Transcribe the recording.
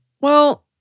Well-